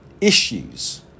issues